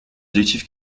l’adjectif